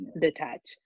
detached